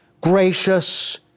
gracious